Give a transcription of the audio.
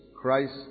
Christ